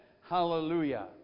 Hallelujah